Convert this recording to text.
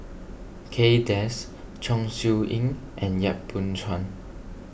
Kay Das Chong Siew Ying and Yap Boon Chuan